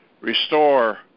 Restore